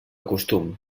costum